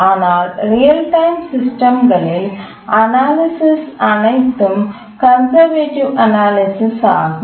ஆனால் real time system களில் analysis அனைத்தும் கன்சர்வேட்டிவ் அனாலிசிஸ் ஆகும்